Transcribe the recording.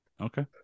okay